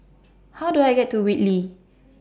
How Do I get to Whitley